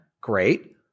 Great